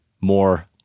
more